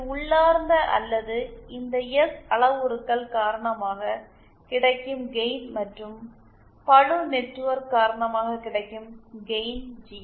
இது உள்ளார்ந்த அல்லது இந்த எஸ் அளவுருக்கள் காரணமாக கிடைக்கும் கெயின் மற்றும் பளு நெட்வொர்க் காரணமாக கிடைக்கும் கெயின் ஜி